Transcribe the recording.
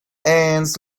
ants